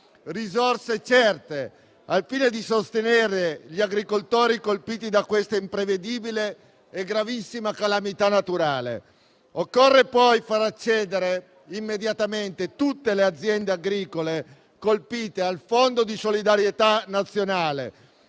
risorse certe, al fine di sostenere gli agricoltori colpiti da questa imprevedibile e gravissima calamità naturale. Occorre poi far accedere immediatamente tutte le aziende agricole colpite al Fondo di solidarietà nazionale,